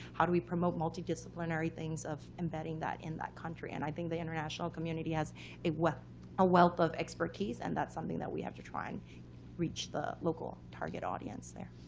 how do we promote multi-disciplinary things of embedding that in country? and i think the international community has a wealth ah wealth of expertise. and that's something that we have to try and reach the local target audience there.